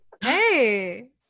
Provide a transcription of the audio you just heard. Hey